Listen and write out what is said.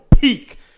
peak